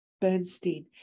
Bernstein